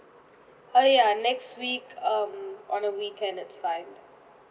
uh ya next week um on a weekend it's fine